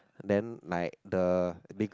then like the big